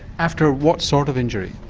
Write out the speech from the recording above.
after what sort of injury?